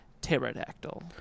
pterodactyl